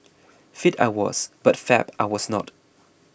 fit I was but fab I was not